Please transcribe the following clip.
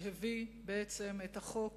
שהביא בעצם את החוק